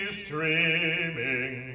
streaming